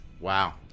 Wow